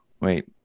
wait